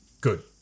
good